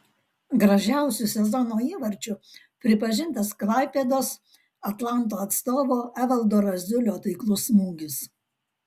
gražiausiu sezono įvarčiu pripažintas klaipėdos atlanto atstovo evaldo raziulio taiklus smūgis